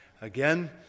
again